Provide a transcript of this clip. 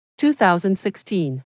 2016